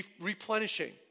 Replenishing